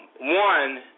One